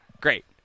Great